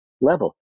level